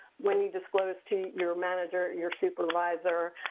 when you disclose to your manager, your supervisor,